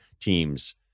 teams